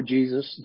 Jesus